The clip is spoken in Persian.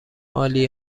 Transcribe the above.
عالی